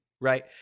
right